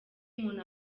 umuntu